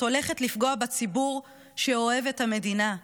הולכת לפגוע בציבור שאוהב את המדינה,